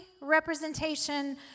representation